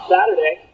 Saturday